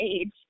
age